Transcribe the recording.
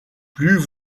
plus